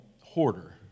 hoarder